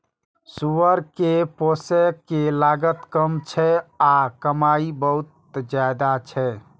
सुअर कें पोसय के लागत कम छै आ कमाइ बहुत ज्यादा छै